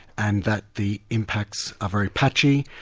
and that the impacts are very patchy.